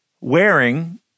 wearing